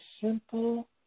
simple